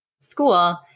school